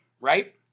right